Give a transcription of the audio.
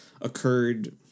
occurred